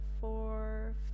four